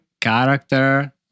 character